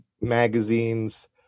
magazines